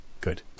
Good